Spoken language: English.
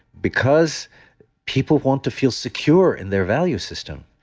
because people want to feel secure in their value system.